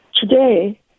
today